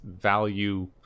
value